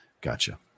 gotcha